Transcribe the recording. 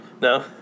No